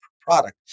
product